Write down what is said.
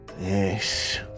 Yes